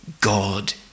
God